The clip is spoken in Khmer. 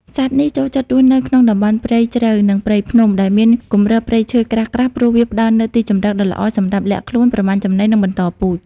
សត្វនេះចូលចិត្តរស់នៅក្នុង តំបន់ព្រៃជ្រៅ និងព្រៃភ្នំ ដែលមានគម្របព្រៃឈើក្រាស់ៗ ព្រោះវាផ្តល់នូវទីជម្រកដ៏ល្អសម្រាប់លាក់ខ្លួន ប្រមាញ់ចំណី និងបន្តពូជ។